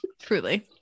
Truly